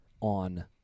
on